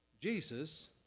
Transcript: Jesus